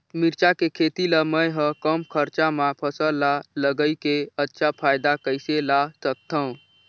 मिरचा के खेती ला मै ह कम खरचा मा फसल ला लगई के अच्छा फायदा कइसे ला सकथव?